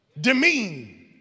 demean